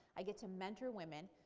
i get to mentor women,